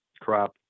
crop